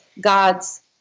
God's